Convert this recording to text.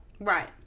Right